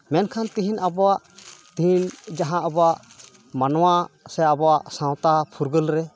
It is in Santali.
ᱢᱮᱱᱠᱷᱟᱱ ᱛᱤᱦᱤᱧ ᱟᱵᱚᱣᱟᱜ ᱛᱤᱦᱤᱧ ᱡᱟᱦᱟᱸ ᱟᱵᱚᱣᱟᱜ ᱢᱟᱱᱣᱟ ᱥᱮ ᱟᱵᱚᱣᱟᱜ ᱥᱟᱶᱛᱟ ᱯᱷᱩᱨᱜᱟᱹᱞ ᱨᱮ